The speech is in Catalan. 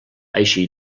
així